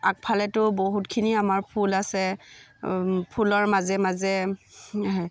আগফালেতো বহুতখিনি আমাৰ ফুল আছে ফুলৰ মাজে মাজে হে